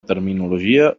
terminologia